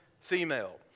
female